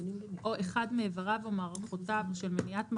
או אחד מאיבריו או מערכותיו או של מניעת מחלה,